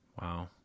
Wow